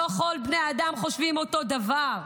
לא כל בני האדם חושבים אותו דבר,